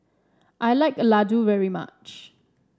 I like Laddu very much